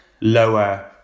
lower